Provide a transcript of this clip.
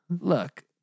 Look